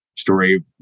story